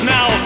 Now